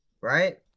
right